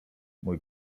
mój